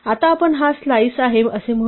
आता आपण हा स्लाइस आहे असे म्हणूया